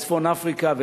בצפון-אפריקה,